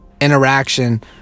interaction